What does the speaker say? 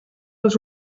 els